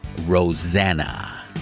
Rosanna